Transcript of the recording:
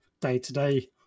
day-to-day